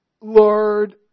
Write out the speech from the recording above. Lord